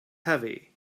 heavy